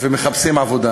ומחפשים עבודה.